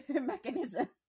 mechanism